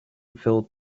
filled